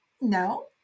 No